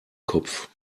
kopf